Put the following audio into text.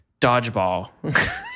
dodgeball